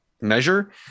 measure